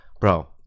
Bro